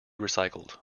recycled